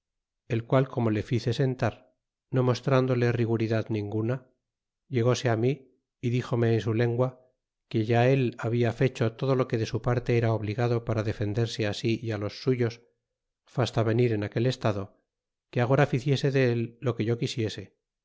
el qual como le l'icé sentar no mostrándole rigundad ninguna ilegse á mi y d me en su lengua que ya et habla fecho a lodo lo que de su parte era obligado para defenderse it si o y á los uyós fasta venir en aquel estado que agora mese de él lo que yo quisiese